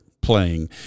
playing